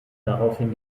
daraufhin